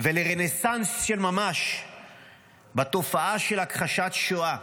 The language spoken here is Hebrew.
ולרנסנס של ממש בתופעה של הכחשת שואה,